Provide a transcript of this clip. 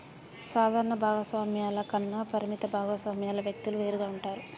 సాధారణ భాగస్వామ్యాల కన్నా పరిమిత భాగస్వామ్యాల వ్యక్తులు వేరుగా ఉంటారు